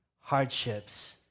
hardships